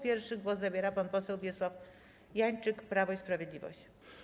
Pierwszy głos zabiera pan poseł Wiesław Janczyk, Prawo i Sprawiedliwość.